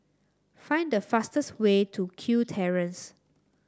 find the fastest way to Kew Terrace